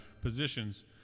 positions